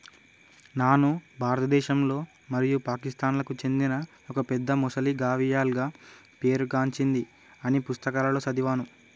నాను భారతదేశంలో మరియు పాకిస్తాన్లకు చెందిన ఒక పెద్ద మొసలి గావియల్గా పేరు గాంచింది అని పుస్తకాలలో సదివాను